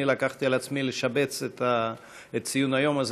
אני לקחתי על עצמי לשבץ את ציון היום הזה